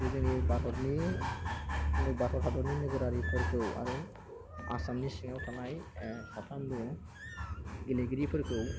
बे जोंनि भारतनि भारत हादरनि नोगोरारिफोरखौ आरो आसामनि सिङाव थानाय साथाम दङ गेलेगिरिफोरखौ